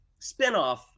spinoff